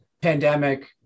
pandemic